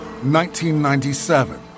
1997